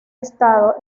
estado